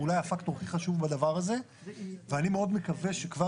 הם אולי הפקטור הכי חשוב בדבר הזה ואני מאוד מקווה שכבר